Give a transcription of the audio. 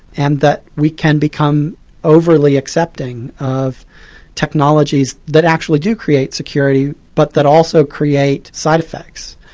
and that we can become overly accepting of technologies that actually do create security but that also create side effects.